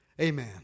Amen